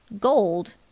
gold